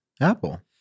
Apple